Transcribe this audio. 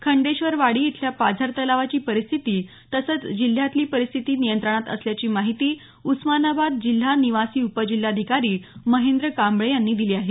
खंडेश्वरवाडी इथल्या पाझर तलावाची परिस्थिती तसंच जिल्ह्यातली परिस्थिती नियंत्रणात असल्याची माहिती उस्मानाबाद जिल्हा निवासी उपजिल्हाधिकारी महेंद्र कांबळे यांनी दिली आहे